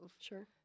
Sure